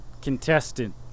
Contestant